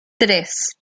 tres